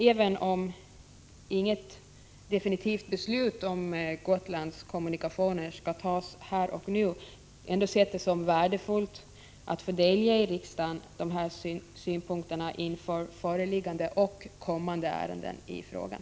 Även om inget definitivt beslut om Gotlands kommunikationer skall fattas här och nu, har jag sett det som värdefullt att få delge riksdagen dessa synpunkter inför föreliggande och kommande ärenden i frågan.